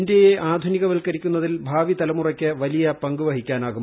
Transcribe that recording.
ഇന്ത്യയെ ആധുനിക വൽക്കരിക്കുന്നതിൽ ഭാവി തലമുറയ്ക്ക് വലിയ പങ്ക് വഹിക്കാനാവും